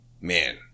man